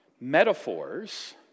Metaphors